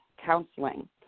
counseling